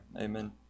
Amen